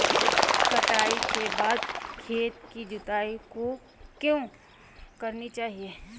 कटाई के बाद खेत की जुताई क्यो करनी चाहिए?